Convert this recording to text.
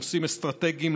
נושאים אסטרטגיים,